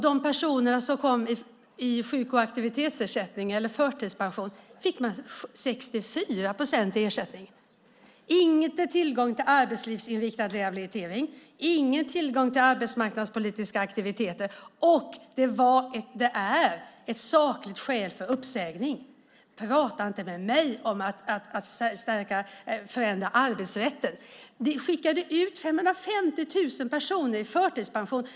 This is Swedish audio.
De personer som kom i sjuk och aktivitetsersättning eller förtidspension fick 64 procent i ersättning, inte tillgång till arbetslivsinriktad rehabilitering, ingen tillgång till arbetsmarknadspolitiska aktiviteter, och det var och är ett sakligt skäl för uppsägning. Prata inte med mig om att förändra arbetsrätten! Ni skickade ut 550 000 personer i förtidspension.